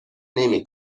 نمی